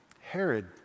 Herod